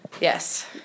Yes